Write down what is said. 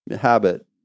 habit